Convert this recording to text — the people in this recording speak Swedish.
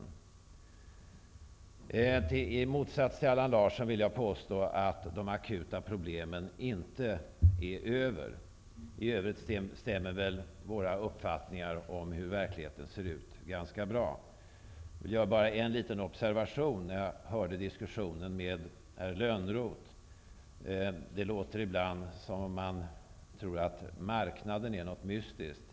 I motsats till Allan Larsson vill jag påstå att de akuta problemen inte är över. I övrigt stämmer våra uppfattningar om hur verkligheten ser ut ganska bra. Jag gjorde en liten observation när jag hörde diskussionen med Johan Lönnroth. Det låter ibland som att marknaden är någonting mystiskt.